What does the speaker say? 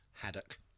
haddock